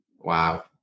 Wow